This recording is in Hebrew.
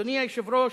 אדוני היושב-ראש,